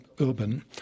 urban